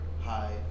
hi